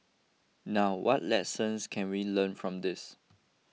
now what lessons can we learn from this